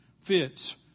fits